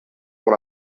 pour